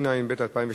התשע"ב 2012,